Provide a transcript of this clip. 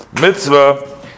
mitzvah